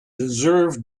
deserve